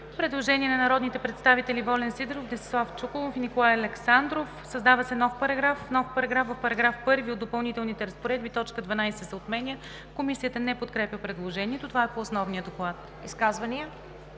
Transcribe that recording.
Предложение на народните представители Волен Сидеров, Десислав Чуколов и Николай Александров: „Създава се нов §...:„§... В параграф 1 от Допълнителните разпоредби точка 12 се отменя.“ Комисията не подкрепя предложението. Това е по основния доклад. ПРЕДСЕДАТЕЛ